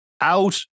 out